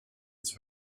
its